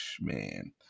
man